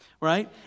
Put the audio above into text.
right